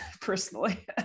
personally